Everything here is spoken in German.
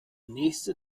nächste